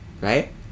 right